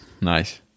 Nice